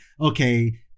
okay